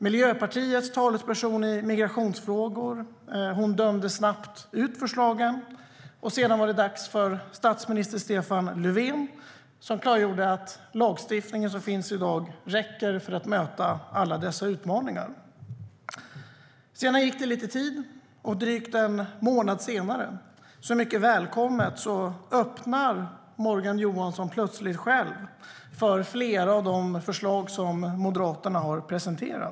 Miljöpartiets talesperson i migrationsfrågor dömde snabbt ut förslagen. Sedan var det dags för statsminister Stefan Löfven, som förklarade att den lagstiftning som finns i dag räcker för att möta alla dessa utmaningar. Sedan gick det lite tid, och drygt en månad senare öppnar Morgan Johansson plötsligt själv för flera av de förslag Moderaterna har presenterat.